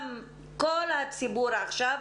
גם כל הציבור עכשיו.